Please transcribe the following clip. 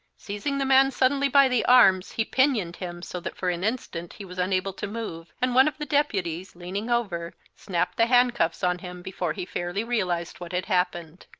seizing the man suddenly by the arms, he pinioned him so that for an instant he was unable to move, and one of the deputies, leaning over, snapped the handcuffs on him before he fairly realized what had happened.